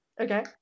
Okay